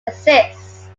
exist